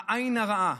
העין הרעה,